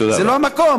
זה לא המקום.